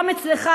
גם אצלך,